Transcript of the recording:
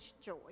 joy